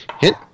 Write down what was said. Hit